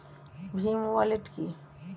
Bhim wallet কি?